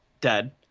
dead